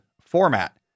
format